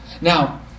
Now